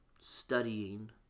studying